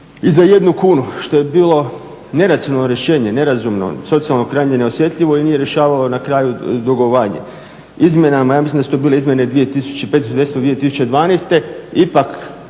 i za 1 kunu što je bilo neracionalno rješenje, nerazumno, socijalno krajnje neosjetljivo i nije rješavalo na kraju dugovanje. Izmjenama, ja mislim da su to bile izmjene 5.10.2012. ipak